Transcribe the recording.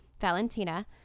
Valentina